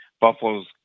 Buffalo's